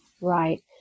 Right